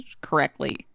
correctly